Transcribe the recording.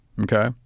okay